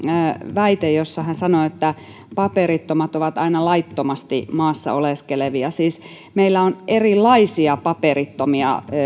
väite jossa hän sanoi että paperittomat ovat aina laittomasti maassa oleskelevia siis meillä on erilaisia paperittomia